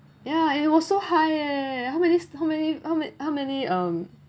ya it was so high eh how many st~ how many how many how many um